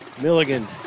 Milligan